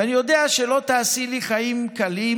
ואני יודע שלא תעשי לי חיים קלים,